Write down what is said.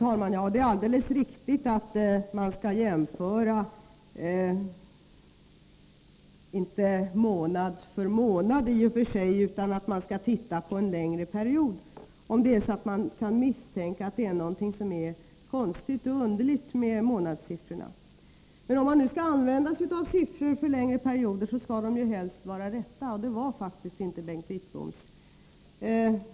Herr talman! Det är alldeles riktigt att man inte skall jämföra månad för månad utan titta på en längre period om man kan misstänka att det är något som är konstigt och underligt med månadssiffrorna. Men om man skall använda sig av siffror för längre perioder skall de helst vara riktiga, och det var faktiskt inte Bengt Wittboms.